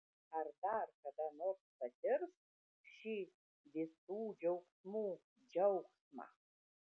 ar dar kada nors patirs šį visų džiaugsmų džiaugsmą